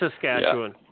Saskatchewan